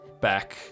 back